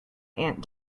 aunt